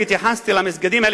אני התייחסתי למסגדים האלה,